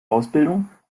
ausbildung